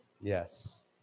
Yes